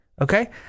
Okay